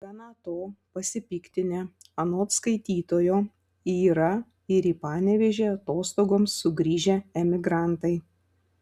negana to pasipiktinę anot skaitytojo yra ir į panevėžį atostogoms sugrįžę emigrantai